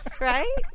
right